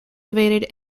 evaded